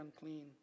unclean